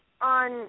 on